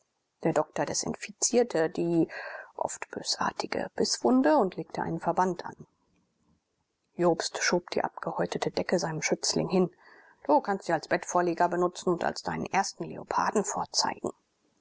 der doktor desinfizierte die oft bösartige bißwunde und legte einen verband an jobst schob die abgehäutete decke seinem schützling hin du kannst sie als bettvorlage benutzen und als deinen ersten leoparden vorzeigen